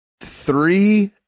three